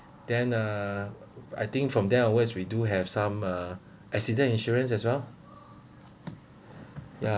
then uh I think from there always we do have some uh accident insurance as well ya